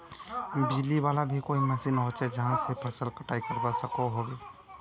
बिजली वाला भी कोई मशीन होचे जहा से फसल कटाई करवा सकोहो होबे?